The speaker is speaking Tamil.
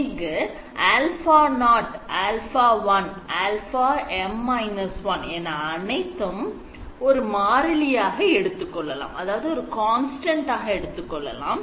இதில் α0α1α M−1 மாறிலி என எடுத்துக்கொள்ளலாம்